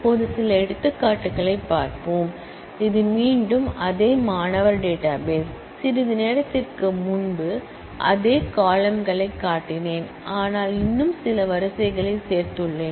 இப்போது சில எடுத்துக்காட்டுகளைப் பார்ப்போம் இது மீண்டும் அதே மாணவர் டேட்டாபேஸ் சிறிது நேரத்திற்கு முன்பு அதே காலம்ன்களைக் காட்டினேன் ஆனால் இன்னும் சில ரோக்களை சேர்த்துள்ளேன்